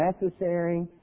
necessary